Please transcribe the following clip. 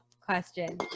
question